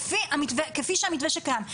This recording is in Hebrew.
כפי שהמתווה שקיים.